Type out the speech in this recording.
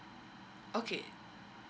okay